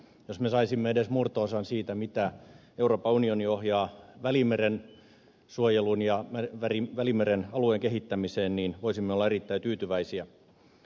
jos me saisimme edes murto osan siitä mitä euroopan unioni ohjaa välimeren suojeluun ja välimeren alueen kehittämiseen niin voisimme olla erittäin tyytyväisiä